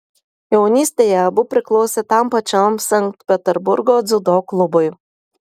jaunystėje abu priklausė tam pačiam sankt peterburgo dziudo klubui